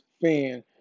fan